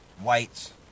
whites